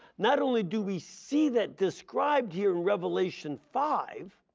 not only do we see that described here in revelation five